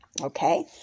Okay